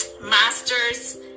masters